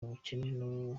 ubukene